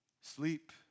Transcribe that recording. sleep